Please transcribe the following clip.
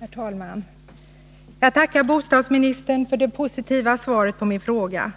Herr talman! Jag tackar bostadsministern för det positiva svaret på min fråga.